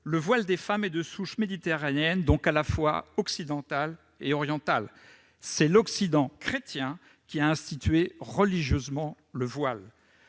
Le voile des femmes est de souche méditerranéenne, donc à la fois occidental et oriental. [...] C'est l'occident chrétien qui a institué religieusement le voile.